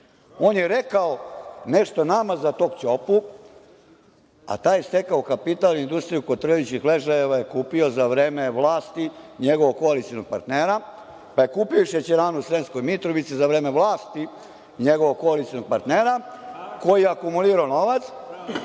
je rekao nešto nama za tog Ćopu, a taj je stekao kapital i Industriju kotrljajućih ležajeva je kupio za vreme vlasti njegovog koalicionog partnera, pa je kupio i šećeranu u Sremskoj Mitrovici za vreme vlasti njegovog koalicionog partnera koji je akumulirao novac